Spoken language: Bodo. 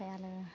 ओमफ्राय आरो